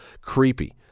creepy